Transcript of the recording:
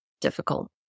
difficult